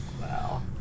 Wow